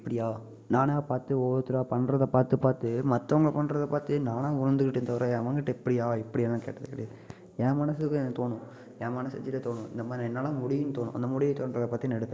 இப்படியா நானாகப் பார்த்து ஒவ்வொருத்தராக பண்ணுறதப் பார்த்து பார்த்து மற்றவங்க பண்ணுறத பார்த்து நானாக உணர்ந்துக்கிட்டனே தவிர எவங்ககிட்ட இப்படியா இப்படியானு கேட்டது கிடையாது என் மனசுக்கு எனக்கு தோணும் என் மனசாட்சியிலே தோணும் இந்தமாதிரி என்னால் முடியும்ன்னு தோணும் அந்த முடியும்னு தோண்றதப்பற்றி நான் எடுத்தேன்